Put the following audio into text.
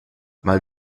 mal